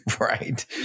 right